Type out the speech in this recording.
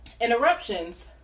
interruptions